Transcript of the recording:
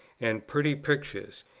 and pretty pictures,